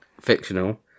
fictional